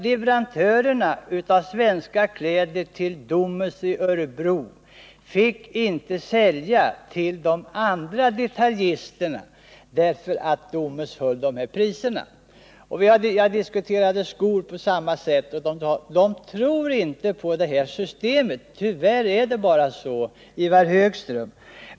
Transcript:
Leverantörerna av svenska kläder till Domus i Örebro fick nämligen inte sälja till de andra detaljisterna på grund av att Domus höll dessa priser. Jag diskuterade skor med KF på samma sätt, och de tror inte på detta system. Tyvärr är det bara så, I var Högström.